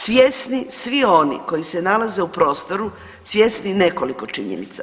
Svjesni svi oni koji se nalaze u prostoru, svjesni nekoliko činjenica.